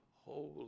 Holy